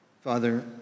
Father